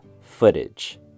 footage